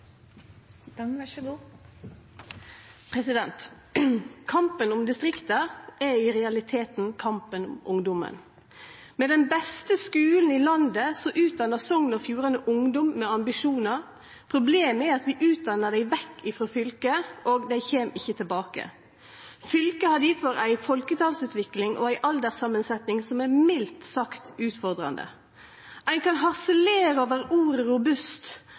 Kampen om distrikta er i realiteten kampen om ungdomen. Med den beste skulen i landet utdannar Sogn og Fjordane ungdom med ambisjonar. Problemet er at vi utdannar dei vekk frå fylket, og dei kjem ikkje tilbake. Fylket har difor ei folketalsutvikling og ei alderssamansetting som er mildt sagt utfordrande. Ein kan